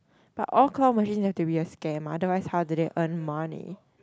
but all claw machines have to be a scam otherwise how do they earn money